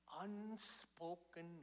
unspoken